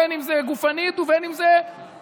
בין אם זה גופנית ובין אם זה חברתית,